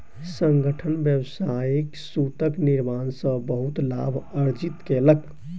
संगठन व्यावसायिक सूतक निर्माण सॅ बहुत लाभ अर्जित केलक